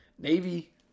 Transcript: Navy